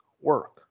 work